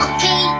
Okay